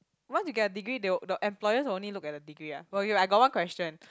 once you get your degree they will the employers will only look at the degree ah I got one question